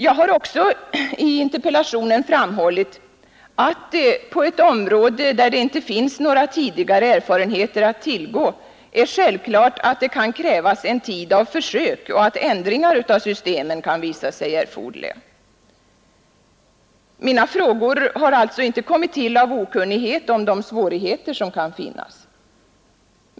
Jag har också framhållit i interpellationen att det på ett område där det inte finns några tidigare erfarenheter att tillgå är självklart att det kan krävas en tid av försök och att ändringar av systemen kan visa sig erforderliga. Mina frågor har alltså inte kommit till av okunnighet om de svårigheter som kan finnas.